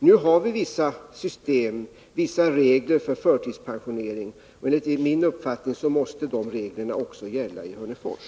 Vi har nu vissa regler för förtidspensionering, och enligt min uppfattning måste de reglerna gälla också i Hörnefors.